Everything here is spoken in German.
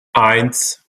eins